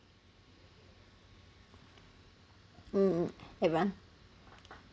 mm everyone